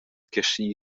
carschi